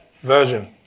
Version